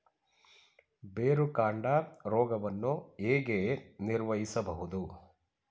ಬೇರುಕಾಂಡ ರೋಗವನ್ನು ಹೇಗೆ ನಿರ್ವಹಿಸಬಹುದು?